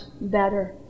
better